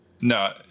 No